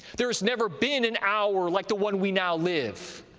there's never been an hour like the one we now live,